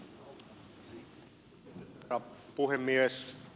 herra puhemies